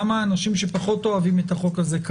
גם האנשים מקרב חברי הכנסת שפחות אוהבים את החוק הזה,